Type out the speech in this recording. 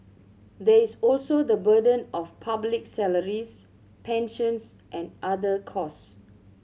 there is also the burden of public salaries pensions and other costs